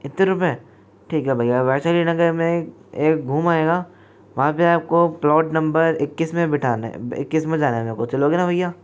इतने रुपये ठीक है भैया वैशाली नगर मे एक घूम आएगा वहाँ पर आपको प्लॉट नम्बर इक्कीस में बैठाना है इक्कीस में जाना है मेरे को चलोगे न भैया